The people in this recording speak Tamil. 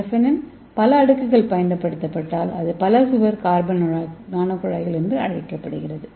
கிராபெனின் பல அடுக்குகள் பயன்படுத்தப்பட்டால் அது பல சுவர் கார்பன் நானோகுழாய்கள் என அழைக்கப்படுகிறது